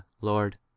Lord